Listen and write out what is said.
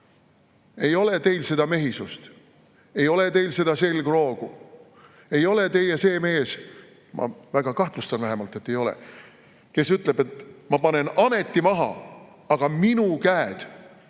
Ei ole teil seda mehisust, ei ole teil seda selgroogu. Ei ole teie see mees – ma kahtlustan vähemalt, et ei ole –, kes ütleb, et ma panen ameti maha, aga minu käed